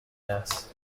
mass